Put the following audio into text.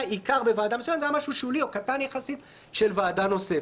העיקר היה בוועדה והיה משהו שולי או קטן יחסית של ועדה נוספת.